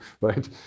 right